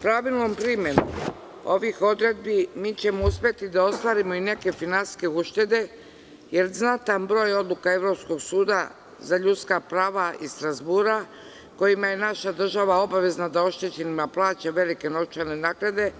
Pravilnom primenom ovih odredbi mi ćemo uspeti da ostvarimo neke finansijske uštede jer znatan broj odluka Evropskog suda za ljudska prava iz Strazbura kojima je naša država obavezna da oštećenima plaća velike novčane naknade